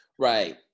right